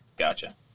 Gotcha